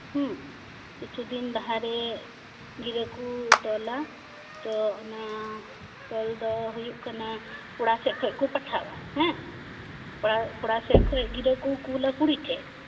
ᱦᱮᱸ ᱠᱤᱪᱷᱩ ᱫᱤᱱ ᱞᱟᱦᱟᱨᱮ ᱜᱤᱨᱟᱹ ᱠᱚ ᱛᱚᱞᱟ ᱛᱚ ᱚᱱᱟ ᱛᱚᱞ ᱫᱚ ᱦᱩᱭᱩᱜ ᱠᱟᱱᱟ ᱠᱚᱲᱟ ᱥᱮᱜ ᱠᱷᱚᱡ ᱠᱚ ᱯᱟᱴᱷᱟᱣᱟ ᱦᱮᱸ ᱠᱚᱲᱟ ᱠᱚᱲᱟ ᱥᱮᱫ ᱠᱷᱚᱡ ᱜᱤᱨᱟᱹ ᱠᱚ ᱠᱩᱞᱟ ᱠᱩᱲᱤ ᱴᱷᱮᱡ